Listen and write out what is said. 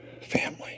family